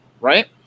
Right